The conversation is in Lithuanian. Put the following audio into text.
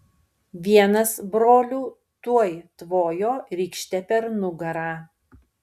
vienas brolių tuoj tvojo rykšte per nugarą